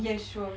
yes sure